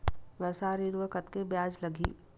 व्यवसाय ऋण म कतेकन ब्याज लगही?